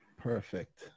Perfect